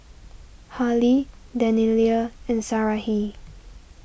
Harley Daniella and Sarahi